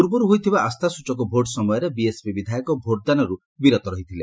ପୂର୍ବରୁ ହୋଇଥିବା ଆସ୍ଥାସ୍ଟଚକ ଭୋଟ ସମୟରେ ବିଏସ୍ପି ବିଧାୟକ ଭୋଟ୍ଦାନରୁ ବିରତ ହୋଇଥିଲେ